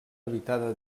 habitada